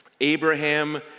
Abraham